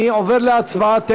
אני עובר להצבעה תכף,